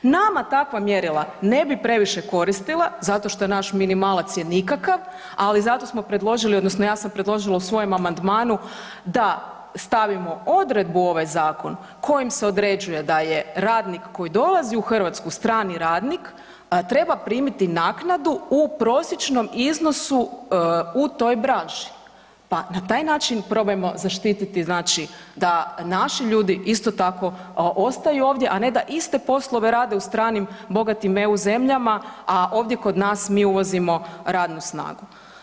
Nama takva mjerila ne bi previše koristila zato što naš minimalac je nikakav, ali zato smo predložili odnosno ja sam predložila u svojem amandmanu da stavimo odredbu u ovaj zakon kojim se određuje da je radnik koji dolazi u Hrvatsku strani radnik, a treba primiti naknadu u prosječnom iznosu u toj branši, pa na taj način probajmo zaštititi znači da naši ljudi isto tako ostaju ovdje, a ne da iste poslove rade u stranim bogatim EU zemljama, a ovdje kod nas mi uvozimo radnu snagu.